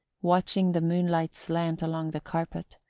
watching the moonlight slant along the carpet,